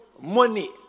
Money